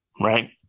right